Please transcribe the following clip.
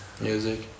Music